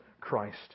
Christ